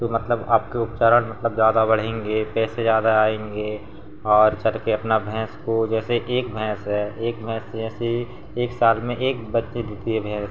तो मतलब आपके उपचार मतलब ज़्यादा बढ़ेंगे पैसे ज़्यादा आएंगे और चढ़ कर अपना भैंस को जैसे एक भैंस हैं एक भैंस जैसी एक साल में एक बच्चे देती है भैंस